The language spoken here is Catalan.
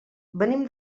venim